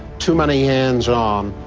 too many hands-on,